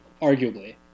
arguably